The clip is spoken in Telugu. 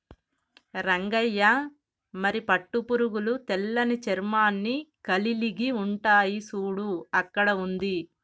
రంగయ్య మరి పట్టు పురుగులు తెల్లని చర్మాన్ని కలిలిగి ఉంటాయి సూడు అక్కడ ఉంది